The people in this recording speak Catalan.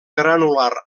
granular